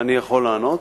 אני יכול לענות?